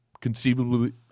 conceivably –